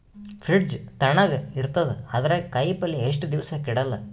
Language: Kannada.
ಫ್ರಿಡ್ಜ್ ತಣಗ ಇರತದ, ಅದರಾಗ ಕಾಯಿಪಲ್ಯ ಎಷ್ಟ ದಿವ್ಸ ಕೆಡಲ್ಲ?